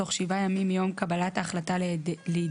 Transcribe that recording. תוך שבעה ימים מיום קבלת ההחלטה לידיהם,